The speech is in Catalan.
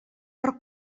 per